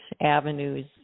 avenues